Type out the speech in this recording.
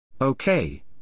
Okay